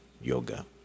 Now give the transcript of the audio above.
yoga